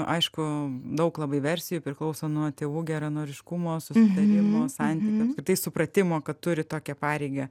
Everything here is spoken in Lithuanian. aišku daug labai versijų priklauso nuo tėvų geranoriškumo susitarimo santykio apskritai supratimo kad turi tokią pareigą